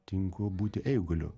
tinku būti eiguliu